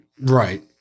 Right